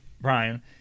Brian